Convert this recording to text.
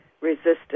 resistance